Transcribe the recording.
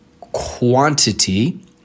quantity